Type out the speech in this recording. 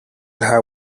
her